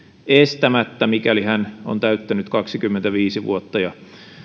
estämättä mikäli hän on täyttänyt kaksikymmentäviisi vuotta ja